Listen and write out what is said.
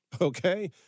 okay